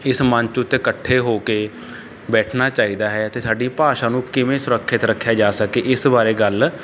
ਇਸ ਮੰਚ ਉੱਤੇ ਇਕੱਠੇ ਹੋ ਕੇ ਬੈਠਣਾ ਚਾਹੀਦਾ ਹੈ ਅਤੇ ਸਾਡੀ ਭਾਸ਼ਾ ਨੂੰ ਕਿਵੇਂ ਸੁਰੱਖਿਅਤ ਰੱਖਿਆ ਜਾ ਸਕੇ ਇਸ ਬਾਰੇ ਗੱਲ